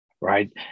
Right